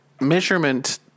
measurement